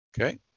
Okay